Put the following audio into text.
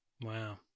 wow